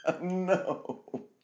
no